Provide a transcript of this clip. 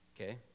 okay